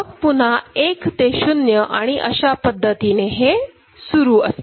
मग पुन्हा 1 ते 0 आणि अशा पद्धतीने हे सुरू असते